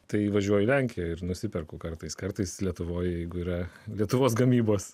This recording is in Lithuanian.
tai įvažiuoji į lenkiją ir nusiperku kartais kartais lietuvoje jeigu yra lietuvos gamybos